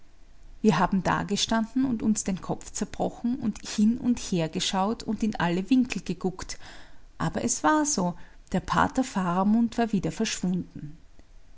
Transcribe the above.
wir haben dagestanden und uns den kopf zerbrochen und hin und her geschaut und in alle winkel geguckt aber es war so der pater faramund war wieder verschwunden